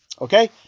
okay